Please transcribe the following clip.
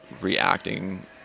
reacting